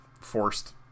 forced